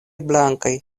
blankaj